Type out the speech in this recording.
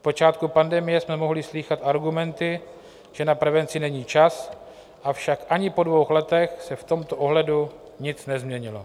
V počátku pandemie jsme mohli slýchat argumenty, že na prevenci není čas, avšak ani po dvou letech se v tomto ohledu nic nezměnilo.